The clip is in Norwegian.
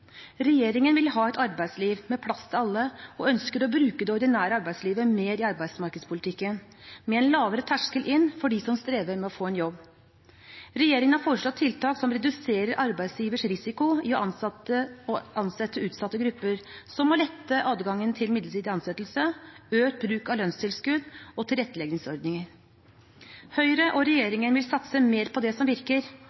Regjeringen vil ha et arbeidsliv med plass til alle og ønsker å bruke det ordinære arbeidslivet mer i arbeidsmarkedspolitikken, med en lavere terskel inn for dem som strever med å få en jobb. Regjeringen har foreslått tiltak som reduserer arbeidsgivers risiko ved å ansette utsatte grupper, som å lette adgangen til midlertidig ansettelse, økt bruk av lønnstilskudd og tilretteleggingsordninger. Høyre og regjeringen vil satse mer på det som virker,